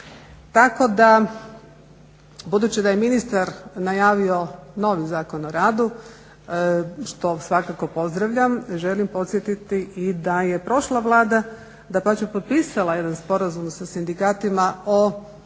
Tako da budući da je ministar najavio novi Zakon o radu što svakako pozdravljam, želim podsjetiti i da je prošla Vlada dapače potpisala jedan sporazum sa sindikatima o